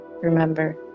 remember